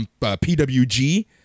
pwg